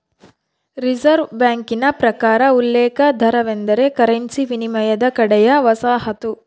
reserve ಬ್ಯಾಂಕಿನ ಪ್ರಕಾರ ಉಲ್ಲೇಖ ದರವೆಂದರೆ ಕರೆನ್ಸಿ ವಿನಿಮಯದ ಕಡೆಯ ವಸಾಹತು